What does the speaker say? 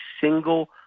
single